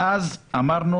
ואז אמרנו,